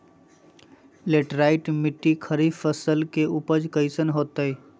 Laterite मिट्टी खरीफ फसल के उपज कईसन हतय?